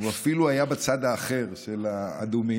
הוא אפילו היה בצד האחר, של האדומים.